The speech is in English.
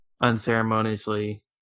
unceremoniously